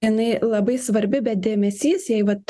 jinai labai svarbi bet dėmesys jai vat